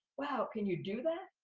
wow, can you do that?